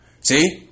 See